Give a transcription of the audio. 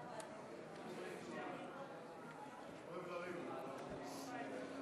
תודה רבה, גברתי היושבת-ראש.